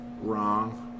wrong